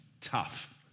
tough